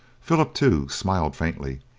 philip, too, smiled faintly,